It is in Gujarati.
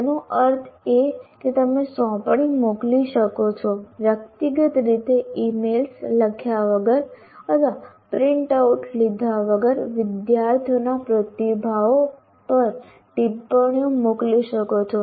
તેનો અર્થ એ કે તમે સોંપણી મોકલી શકો છો વ્યક્તિગત રીતે ઇમેઇલ્સ લખ્યા વગર અથવા પ્રિન્ટઆઉટ લીધા વગર વિદ્યાર્થીઓના પ્રતિભાવો પર ટિપ્પણીઓ મોકલી શકો છો